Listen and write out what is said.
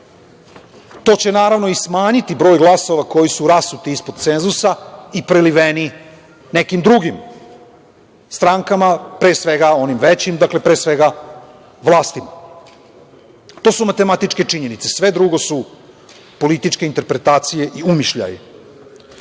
To će, naravno, i smanjiti broj glasova koji su rasuti ispod cenzusa i preliveni nekim drugim strankama, pre svega onim većim, pre svega vlasti. To su matematičke činjenice. Sve drugo su političke interpretacije i umišljaji.Za